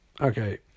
okay